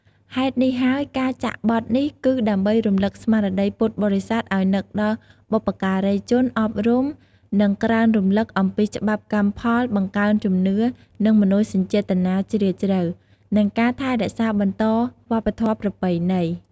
ហេតុនេះហើយការចាក់បទនេះគឺដើម្បី រំឭកស្មារតីពុទ្ធបរិស័ទឲ្យនឹកដល់បុព្វការីជន អប់រំ និងក្រើនរំឭកអំពីច្បាប់កម្មផល បង្កើនជំនឿ និងមនោសញ្ចេតនាជ្រាលជ្រៅ និងការថែរក្សាបន្តវប្បធម៌ប្រពៃណី។